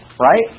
Right